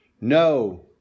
No